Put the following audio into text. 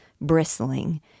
bristling